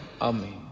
amen